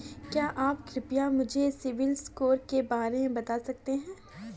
क्या आप कृपया मुझे सिबिल स्कोर के बारे में बता सकते हैं?